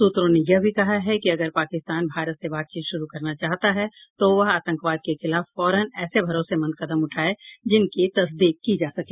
सूत्रों ने यह भी कहा है कि अगर पाकिस्तान भारत से बातचीत शुरू करना चाहता है तो वह आतंकवाद के खिलाफ फौरन ऐसे भरोसेमंद कदम उठाए जिनकी तसदीक की जा सके